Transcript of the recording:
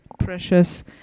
precious